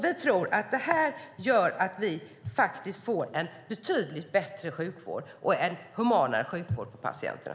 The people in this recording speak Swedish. Vi tror att det här gör att vi faktiskt får en betydligt bättre sjukvård och en humanare sjukvård för patienterna.